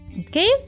okay